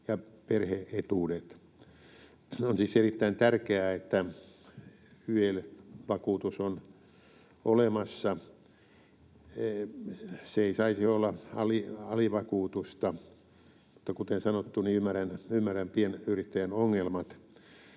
ja perhe-etuudet. On siis erittäin tärkeää, että YEL-vakuutus on olemassa, siinä ei saisi olla alivakuutusta. Mutta kuten sanottu, ymmärrän pienyrittäjän ongelmat.